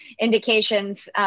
indications –